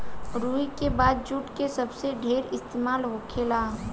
रुई के बाद जुट के सबसे ढेर इस्तेमाल होखेला